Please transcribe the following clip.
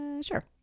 sure